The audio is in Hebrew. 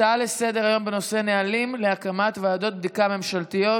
הצעה לסדר-היום בנושא: נהלים להקמת ועדות בדיקה ממשלתיות,